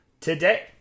today